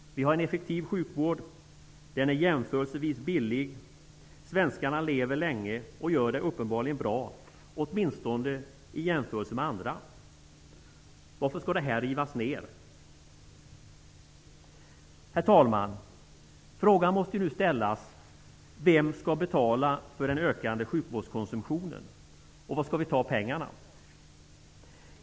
Vi har en effektiv sjukvård. Den är jämförelsevis billig. Svenskarna lever länge och gör det uppenbarligen bra, åtminstone om man jämför med andra. Varför skall det rivas ner? Herr talman! Frågan måste nu ställas: Vem skall betala för den ökande sjukvårdskonsumtionen? Var skall vi ta pengarna.